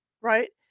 right